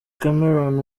cameron